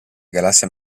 galassia